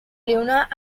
lunar